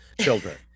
children